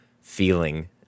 feeling